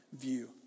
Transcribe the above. view